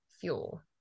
fuel